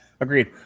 Agreed